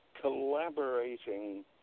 collaborating